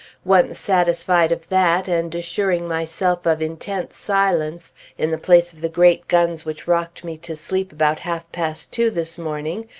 once satisfied of that, and assuring myself of intense silence in the place of the great guns which rocked me to sleep about half-past two this morning,